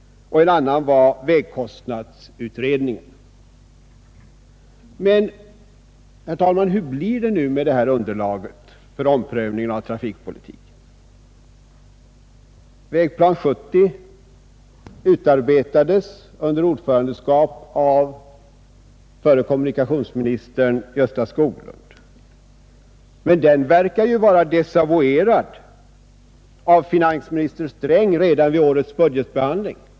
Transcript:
En annan var vägkostnadsutredningen. Men, herr talman, hur blir det med detta underlag för omprövningen av trafikpolitiken? Vägplan 70 utarbetades under ordförandeskap av förre kommunikationsministern Gösta Skoglund, men den verkar vara desavuerad av finansminister Sträng redan vid årets budgetbehandling.